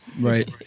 Right